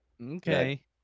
okay